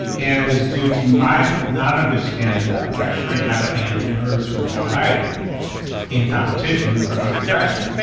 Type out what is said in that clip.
and it was due to my not understanding about pressuring how to handle nerves or anxiety in competition or under pressure.